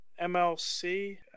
MLC